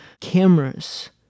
cameras